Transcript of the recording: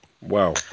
Wow